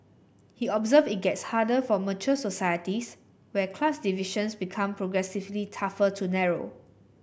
he observed it gets harder for mature societies where class divisions become progressively tougher to narrow